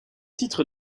titre